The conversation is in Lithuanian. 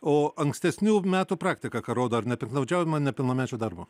o ankstesnių metų praktika ką rodo ar nepiktnaudžiaujama nepilnamečių darbu